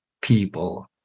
people